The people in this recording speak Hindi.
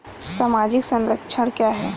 सामाजिक संरक्षण क्या है?